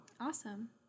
Awesome